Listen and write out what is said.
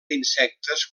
insectes